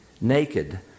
naked